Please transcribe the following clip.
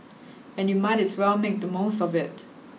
and you might as well make the most of it